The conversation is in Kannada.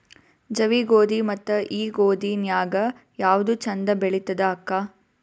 ಜವಿ ಗೋಧಿ ಮತ್ತ ಈ ಗೋಧಿ ನ್ಯಾಗ ಯಾವ್ದು ಛಂದ ಬೆಳಿತದ ಅಕ್ಕಾ?